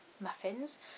muffins